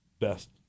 best